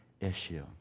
issue